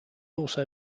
also